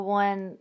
one